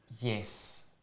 yes